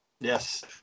yes